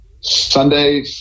Sunday